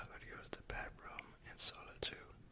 but use the bathroom in solitude,